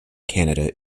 canada